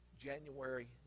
January